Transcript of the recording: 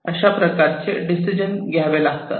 अशा प्रकारचे डिसिजन घ्यावे हे लागतात